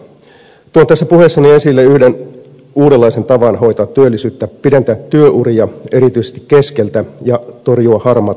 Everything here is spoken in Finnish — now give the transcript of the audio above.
tuon tässä puheessani esille yhden uudenlaisen tavan hoitaa työllisyyttä pidentää työuria erityisesti keskeltä ja torjua harmaata taloutta